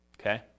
Okay